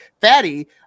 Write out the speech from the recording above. Fatty